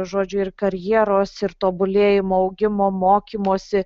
žodžiu ir karjeros ir tobulėjimo augimo mokymosi